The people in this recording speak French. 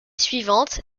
suivante